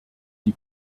die